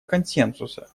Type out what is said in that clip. консенсуса